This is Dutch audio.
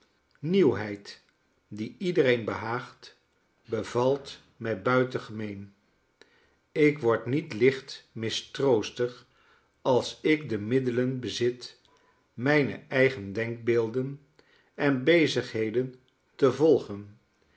nieuwheid die iedereen behaagt bevalt mij buitengemeen ik wordt niet licht mistroostig als ik de middelen bezit mijne eigene denkbeelden en bezigheden te volgen